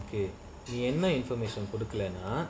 okay the inmate information for the ah